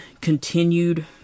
continued